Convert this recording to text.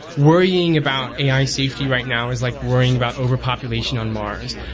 worrying about ai safety right now is like worrying about overpopulation on mars.